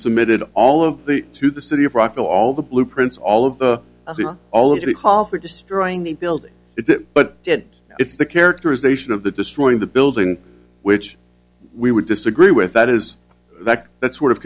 submitted all of the to the city of rockville all the blueprints all of the all of the call for destroying the building it but it's the characterization of the destroying the building which we would disagree with that is that that's one of